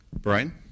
Brian